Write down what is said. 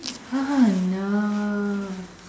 no